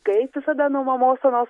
kaip visada nuo mamos onos